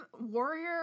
warrior